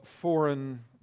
foreign